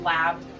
lab